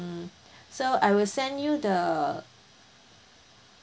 so I will send you the